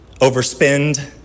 overspend